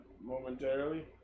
momentarily